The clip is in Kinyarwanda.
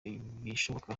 ibishoboka